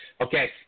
Okay